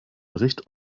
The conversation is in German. bericht